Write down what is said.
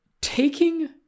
taking